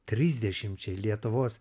trisdešimčiai lietuvos